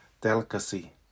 delicacy